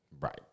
Right